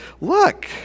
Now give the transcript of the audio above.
look